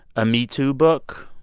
a metoo book.